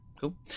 cool